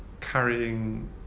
carrying